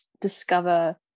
discover